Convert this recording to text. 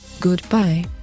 Goodbye